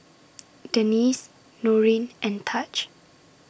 Denese Norine and Taj